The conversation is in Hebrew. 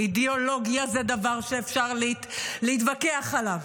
אידיאולוגיה זה דבר שאפשר להתווכח עליו.